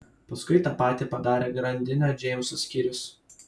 paskui tą patį padarė grandinio džeimso skyrius